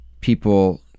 people